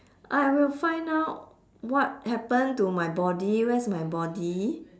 I will find out what happen to my body where's my body